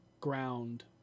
ground